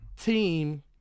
team